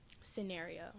scenario